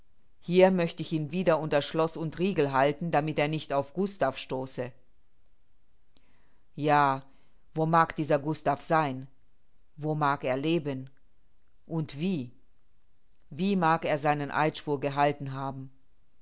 hier möcht ich ihn wieder unter schloß und riegel halten damit er nicht auf gustav stoße ja wo mag dieser gustav sein wo mag er leben und wie wie mag er seinen eidschwur gehalten haben